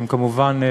הן כמובן,